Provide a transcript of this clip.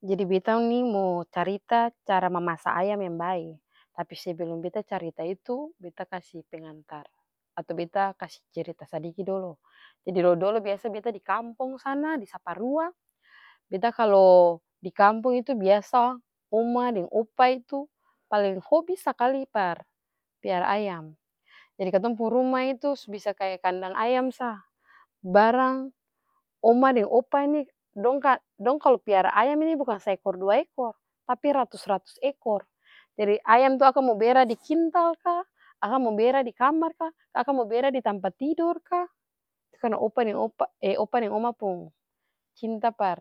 Jadi beta nih mo carita cara masa ayam yang bae, tapi sebelu beta carita itu beta kasi pengantar atau beta kasi carita sadiki dolo, jadi dolo-dolo biasa beta dikampong sana di saparua, beta kalu dikampong itu biasa oma deng opa itu paleng hobi skali par piara ayam, jadi katong pung ruma itu su bisa kaya kandang ayam sa, barang oma deng opa nih dong ka-kalu piara ayam ini bukang saekor dua ekor, tapi ratus-ratus ekor jadi ayam itu akang mo beta dikintal ka, akang mo bera dikamar ka, akang mo bera ditampa tidor ka, itu karna op opa deng oma pung cinta par